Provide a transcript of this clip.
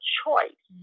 choice